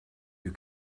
you